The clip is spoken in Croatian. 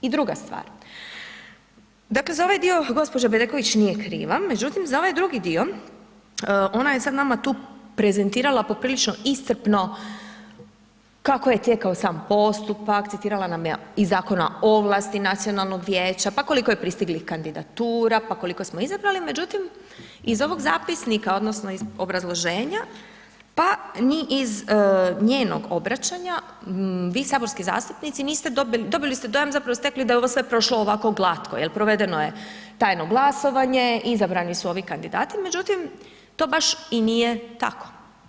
I druga stvar, dakle za ovaj dio gđa. Bedeković nije kriva međutim za ovaj drugi dio, ona je sad nama tu prezentirala poprilično iscrpno kako je tijekao sam postupak, citirala nam je iz Zakona o ovlasti nacionalnog vijeća pa koliko je pristiglih kandidatura, pa koliko smo izabrali međutim iz ovog zapisnika odnosno iz obrazloženja, pa ni iz njenog obraćanja, vi saborski zastupnici niste dobili, dobili ste dojam zapravo stekli da je ovo sve prošlo ovako glatko jer provedeno je tajno glasovanje, izabrani su ovi kandidati međutim to baš i nije tako.